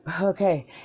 Okay